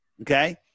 Okay